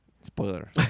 Spoiler